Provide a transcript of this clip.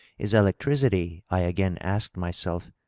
is electricity, i again asked myself,